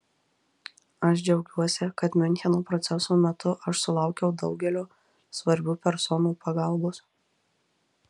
aš džiaugiuosi kad miuncheno proceso metu aš sulaukiau daugelio svarbių personų pagalbos